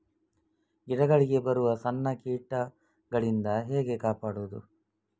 ಗಿಡಗಳಿಗೆ ಬರುವ ಸಣ್ಣ ಸಣ್ಣ ಕೀಟಗಳಿಂದ ಹೇಗೆ ಕಾಪಾಡುವುದು?